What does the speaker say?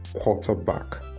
quarterback